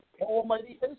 Almighty